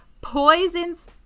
poisons